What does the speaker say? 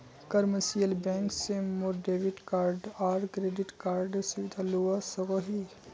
commercial bank से मोर debit card आर क्रेडिट कार्डेर सुविधा लुआ सकोही